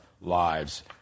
lives